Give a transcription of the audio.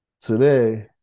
today